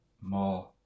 more